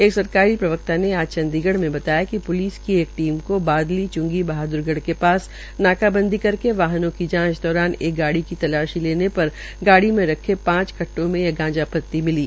एक सरकारी प्रवक्ता ने आज चंडीगढ़ में बताया कि पुलिस की एक टीम को बादली चंगी बहादरगढ़ के पास नाकाबंदी करके वाहनों की जांच दौरान एक गाड़ी की तलाशी लेने मे रखे पांच कट्टों में यह गांजा पत्ती मिली